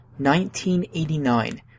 1989